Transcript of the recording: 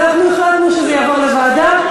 החלטנו שזה יעבור לוועדה.